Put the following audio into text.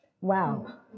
Wow